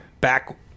back